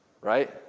right